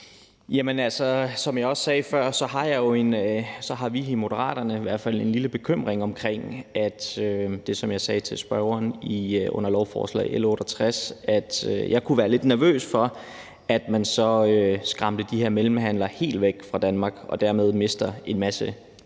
Som jeg også sagde før, har vi i hvert fald i Moderaterne en lille bekymring. Som jeg sagde til spørgeren under behandlingen af lovforslag L 68, kunne jeg være lidt nervøs for, at man så skræmmer de her mellemhandlere helt væk fra Danmark og dermed mister en masse